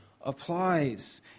applies